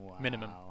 minimum